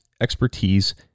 expertise